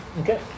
Okay